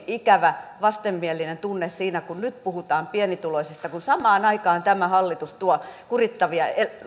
ikävä vastenmielinen tunne siinä kun nyt puhutaan pienituloisista kun samaan aikaan tämä hallitus tuo kurittavia